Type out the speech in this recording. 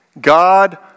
God